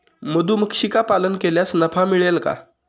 मधुमक्षिका पालन केल्यास नफा मिळेल का?